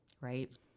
right